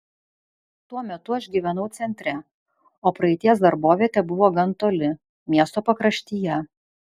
tuo metu aš gyvenau centre o praeities darbovietė buvo gan toli miesto pakraštyje